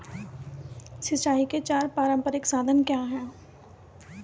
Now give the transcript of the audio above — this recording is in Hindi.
सिंचाई के चार पारंपरिक साधन क्या हैं?